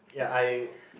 ya I